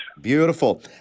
Beautiful